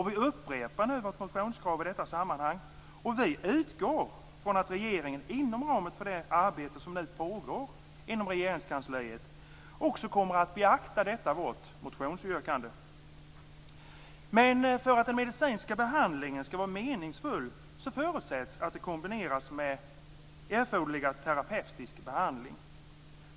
Vi upprepar vårt motionskrav i detta sammanhang och utgår från att regeringen inom ramen för det arbete som nu pågår inom Regeringskansliet också kommer att beakta vårt motionsyrkande. För att den medicinska behandlingen skall vara meningsfull förutsätts att den kombineras med erforderlig terapeutisk behandling.